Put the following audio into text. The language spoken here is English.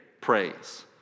praise